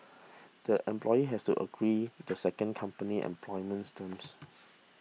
the employee has to agree the second company's employment terms